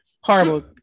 horrible